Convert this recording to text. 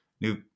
new